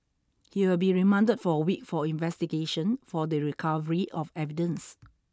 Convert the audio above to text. he will be remanded for a week for investigation for the recovery of evidence